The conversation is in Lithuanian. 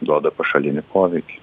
duoda pašalinį poveikį